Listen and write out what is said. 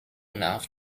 enough